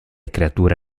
creature